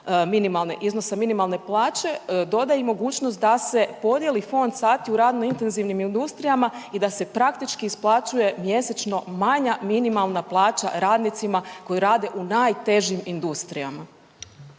iznosa minimalne plaće, doda i mogućnost da se podijeli fond sati u radno intenzivnim industrijama i da se praktički isplaćuje mjesečno manja minimalna plaća radnicima koji rade u najtežim industrijama.